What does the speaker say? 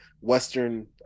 Western